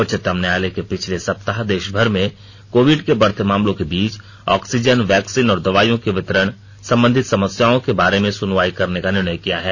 उच्चतम न्यायालय ने पिछले सप्ताह देश भर में कोविड के बढ़ते मामलों के बीच ऑक्सीजन वैक्सीन और दवाइयों की वितरण संबंधी समस्याओं के बारे में सुनवाई करने का निर्णय किया था